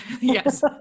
yes